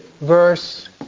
verse